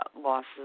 losses